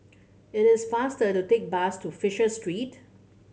it is faster to take bus to Fisher Street